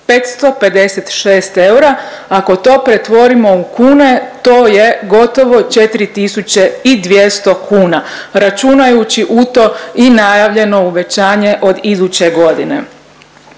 556 eura. Ako to pretvorimo u kune to je gotovo 4.200 kuna računajući u to i najavljeno uvećanje od iduće godine.